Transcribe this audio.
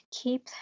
keep